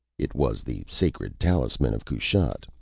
it was the sacred talisman of kushat.